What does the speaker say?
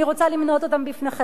אני רוצה למנות אותם בפניכם.